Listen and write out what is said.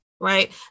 right